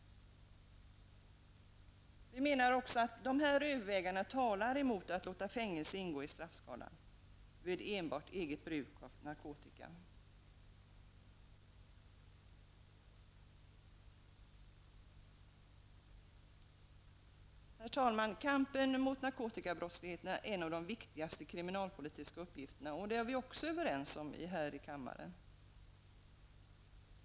Vi menar att dessa överväganden talar mot att låta fängelse ingå i straffskalan för enbart eget bruk av narkotika. Herr talman! Kampen mot narkotikabrottsligheten är en av de viktigaste kriminalpolitiska uppgifterna. Det är vi också överens om här i kammaren.